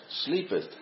sleepeth